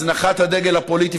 הזנחת הדגל הפוליטי,